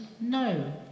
no